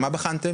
מה בחנתם?